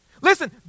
Listen